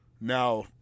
now